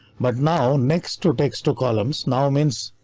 but now next to takes two columns now means.